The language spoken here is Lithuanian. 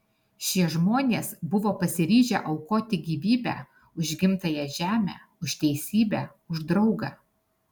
šie žmonės buvo pasiryžę aukoti gyvybę už gimtąją žemę už teisybę už draugą